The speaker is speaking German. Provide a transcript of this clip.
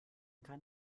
kann